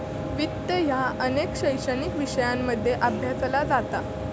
वित्त ह्या अनेक शैक्षणिक विषयांमध्ये अभ्यासला जाता